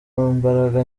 imbaraga